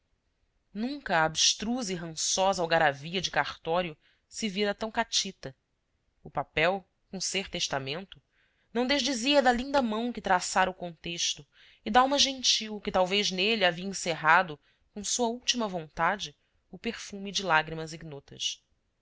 abstrusa e rançosa algaravia de cartório se vira tão catita o papel com ser testamento não desdizia da linda mão que traçara o contexto e dalma gentil que talvez nele havia encerrado com sua última vontade o perfume de lágrimas ignotas